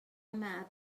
mab